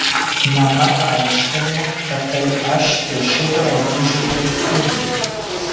mama paaiškino kad tai aš piešiu drabužių eskizus